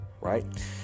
right